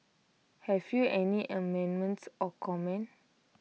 have you any amendments or comments